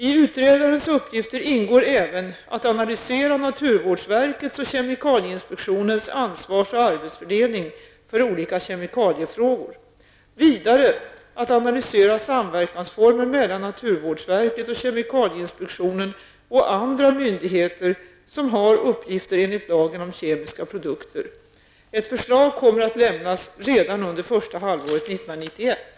I utredarens uppgifter ingår även att analysera naturvårdsverkets och kemikalieinspektionens ansvars och arbetsfördelning för olika kemikaliefrågor, vidare att analysera samverkansformer mellan naturvårdsverket och kemikalieinspektionen och andra myndigheter som har uppgifter enligt lagen om kemiska produkter. Ett förslag kommer att lämnas redan under första halvåret 1991.